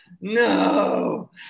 no